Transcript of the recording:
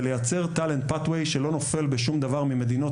לייצר tal and pathyay שלא נופל בשום דבר ממדינות